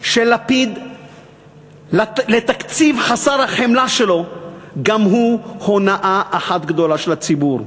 של לפיד לתקציב חסר החמלה שלו גם הוא הונאה אחת גדולה של הציבור,